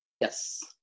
Yes